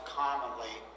commonly